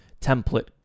template